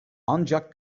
ancak